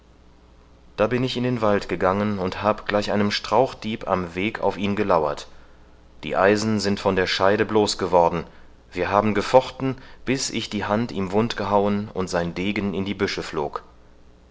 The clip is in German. da bin ich in den wald gegangen und hab gleich einem strauchdieb am weg auf ihn gelauert die eisen sind von der scheide bloß geworden wir haben gefochten bis ich die hand ihm wund gehauen und sein degen in die büsche flog